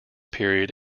period